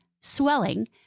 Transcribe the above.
swelling